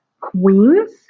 queens